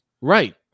Right